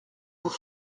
pour